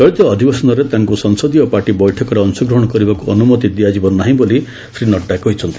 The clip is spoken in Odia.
ଚଳିତ ଅଧିବେଶନରେ ତାଙ୍କୁ ସଂସଦୀୟ ପାର୍ଟି ବୈଠକରେ ଅଂଶଗ୍ରହଣ କରିବାକୁ ଅନୁମତି ଦିଆଯିବ ନାହିଁ ବୋଲି ଶ୍ରୀ ନଡ଼ୁ କହିଚ୍ଛନ୍ତି